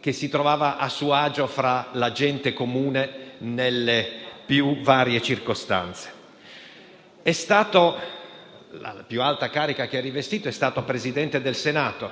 che si trovava a suo agio fra la gente comune nelle più varie circostanze. La più alta carica rivestita è stata quella di Presidente del Senato